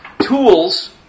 tools